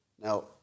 Now